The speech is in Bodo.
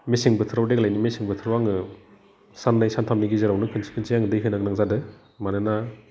मेसें बोथोराव देग्लायनि मेसें बोथोराव आङो सान्नै सानथामनि गेजेरावनो खोनसे खोनसे आङो दै होनो गोनां जादों मानोना